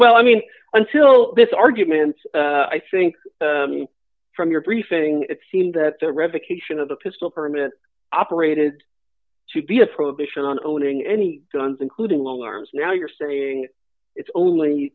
well i mean until this argument i think from your briefing it seems that the revocation of the pistol permit operated to be a prohibition on owning any guns including long arms now you're saying it's only